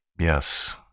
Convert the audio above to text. Yes